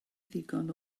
ddigon